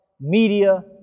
media